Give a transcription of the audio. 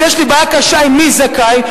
אז יש לי בעיה קשה עם מי זכאי.